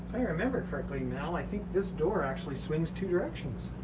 i remember correctly now, i think this door actually swings two directions.